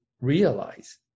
realize